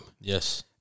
Yes